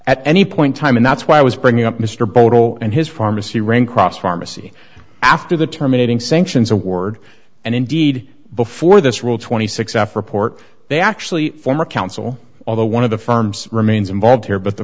at any point time and that's why i was bringing up mr bodo and his pharmacy ran cross pharmacy after the terminating sanctions award and indeed before this rule twenty six f report they actually former counsel although one of the firms remains involved here but the